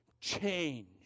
change